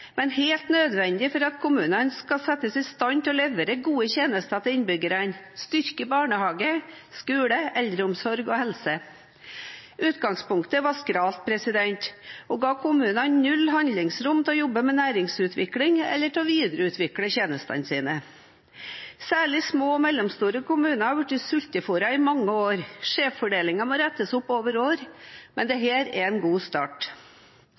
men helt nødvendig for at kommunene skal settes i stand til å levere gode tjenester til innbyggerne, styrke barnehage, skole, eldreomsorg og helse. Utgangspunktet var skralt og ga kommunene null handlingsrom til å jobbe med næringsutvikling eller til å videreutvikle tjenestene sine. Særlig små og mellomstore kommuner har blitt sultefôret i mange år. Skjevfordelingen må rettes opp over år, men dette er en god start.